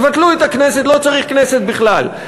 תבטלו את הכנסת, לא צריך כנסת בכלל.